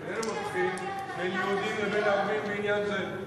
הטיפול שהוא נותן איננו מבחין בין יהודים לערבים בעניין זה.